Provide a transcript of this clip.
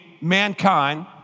mankind